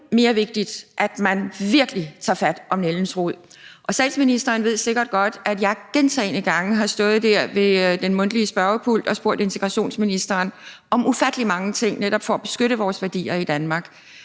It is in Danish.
mere vigtigt, at man virkelig tager fat om nældens rod. Statsministeren ved sikkert godt, at jeg gentagne gange har stået der ved pulten til mundtlige spørgsmål og spurgt udlændinge- og integrationsministeren om ufattelig mange ting, netop for at beskytte vores værdier i Danmark